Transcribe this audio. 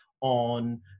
on